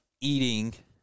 eating